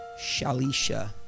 Shalisha